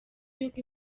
yuko